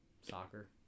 soccer